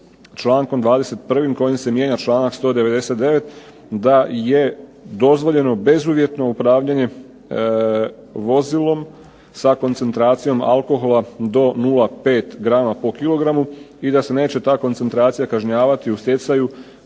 člankom 21. kojim se mijenja članak 199. da je dozvoljeno bezuvjetno upravljanje vozilom sa koncentracijom alkohola do 0,5 grama po kilogramu i da se neće ta koncentracija kažnjavati u stjecaju